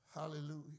Hallelujah